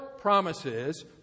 promises